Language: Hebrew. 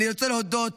אני רוצה להודות